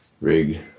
rig